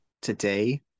Today